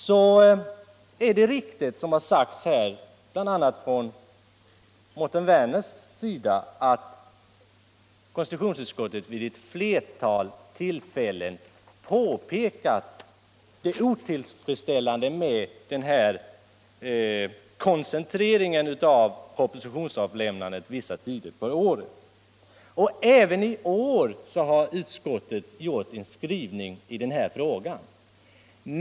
Det är riktigt som sagts bl.a. av Mårten Werner att konstitutionsutskottet vid ett flertal tillfällen på pekat den otillfredsställande koncentreringen av propositionsavlämnandet vissa tider på året. Även i år har utskottet en skrivning i den frågan.